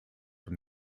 from